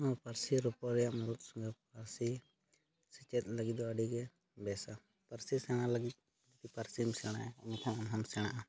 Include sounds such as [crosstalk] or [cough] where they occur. ᱱᱚᱣᱟ ᱯᱟᱹᱨᱥᱤ ᱨᱚᱯᱚᱲ ᱨᱮᱭᱟᱜ ᱢᱩᱲᱩᱫ [unintelligible] ᱯᱟᱹᱨᱥᱤ ᱥᱮᱪᱮᱫ ᱞᱟᱹᱜᱤᱫ ᱫᱚ ᱟᱹᱰᱤᱜᱮ ᱵᱮᱥᱟ ᱯᱟᱹᱨᱥᱤ ᱥᱮᱬᱟ ᱞᱟᱹᱜᱤᱫ [unintelligible] ᱯᱟᱹᱨᱥᱤᱢ ᱥᱮᱬᱟᱭᱟ ᱮᱱᱠᱷᱟᱱ ᱟᱢᱦᱚᱸᱢ ᱥᱮᱬᱟᱜᱼᱟ